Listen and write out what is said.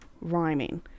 rhyming